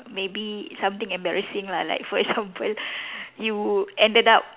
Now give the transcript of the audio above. maybe something embarrassing lah like for example you ended up